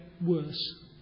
worse